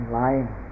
lying